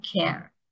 care